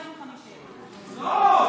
550. לא,